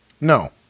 No